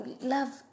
Love